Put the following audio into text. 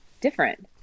different